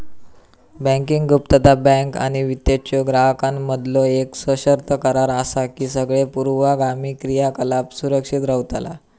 banking गुप्तता, bank आणि तिच्यो ग्राहकांमधीलो येक सशर्त करार असा की सगळे पूर्वगामी क्रियाकलाप सुरक्षित रव्हतला